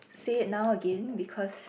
say it now again because